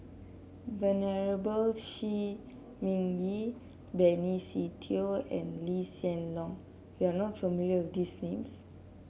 Venerable Shi Ming Yi Benny Se Teo and Lee Hsien Loong you are not familiar with these names